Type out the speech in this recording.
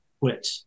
quit